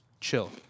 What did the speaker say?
chill